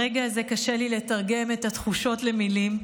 ברגע הזה קשה לי לתרגם את התחושות למילים.